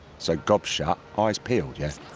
so gob shut, eyes peeled, yeah?